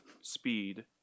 Speed